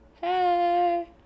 Hey